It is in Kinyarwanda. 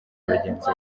bagenzi